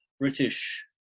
British